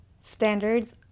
standards